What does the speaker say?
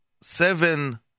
seven